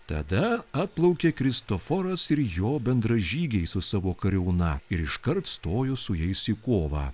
tada atplaukė kristoforas ir jo bendražygiai su savo kariauna ir iškart stojo su jais į kovą